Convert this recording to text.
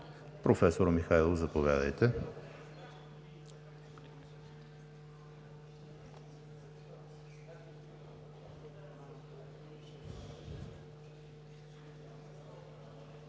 Професор Михайлов, заповядайте.